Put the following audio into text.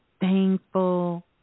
thankful